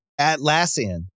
Atlassian